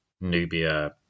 Nubia